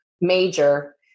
major